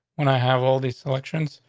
when i have all these selections,